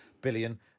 billion